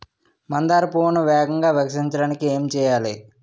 మందార పువ్వును వేగంగా వికసించడానికి ఏం చేయాలి?